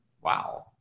Wow